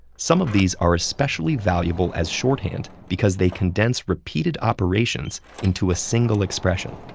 some of these are especially valuable as shorthand because they condense repeated operations into a single expression.